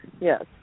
Yes